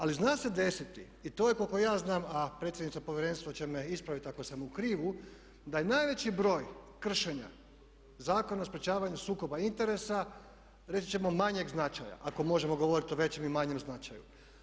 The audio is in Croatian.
Ali zna se desiti i to je koliko ja znam, a predsjednica povjerenstva će me ispraviti ako sam u krivu, da je najveći broj kršenja Zakona o sprječavanju sukoba interesa reći ćemo manjeg značaja, ako možemo govoriti o većem i manjem značaju.